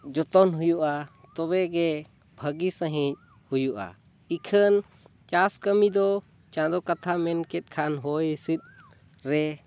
ᱡᱚᱛᱚᱱ ᱦᱩᱭᱩᱜᱼᱟ ᱛᱚᱵᱮᱜᱮ ᱵᱷᱟᱹᱜᱤ ᱥᱟᱺᱦᱤᱡ ᱦᱩᱭᱩᱜᱼᱟ ᱤᱠᱷᱟᱹᱱ ᱪᱟᱥ ᱠᱟᱹᱢᱤ ᱫᱚ ᱪᱟᱸᱫᱳ ᱠᱟᱛᱷᱟ ᱢᱮᱱ ᱠᱮᱫ ᱠᱷᱟᱱ ᱦᱚᱭᱼᱦᱤᱸᱥᱤᱫ ᱨᱮ